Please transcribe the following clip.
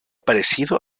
parecido